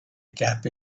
gap